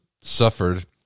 suffered